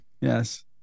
Yes